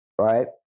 right